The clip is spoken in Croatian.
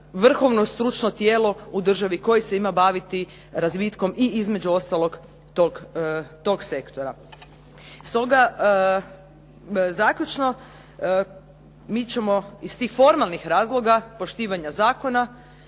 vrhovno stručno tijelo u državi koje se ima baviti razvitkom, i između ostalog tog sektora. Stoga, zaključno, mi ćemo iz tih formalnih razloga poštivanja zakona